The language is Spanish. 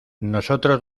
nosotros